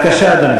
בבקשה, אדוני.